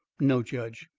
no, judge.